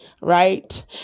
Right